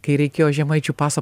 kai reikėjo žemaičių pasą